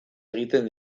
egiten